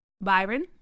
Byron